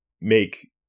make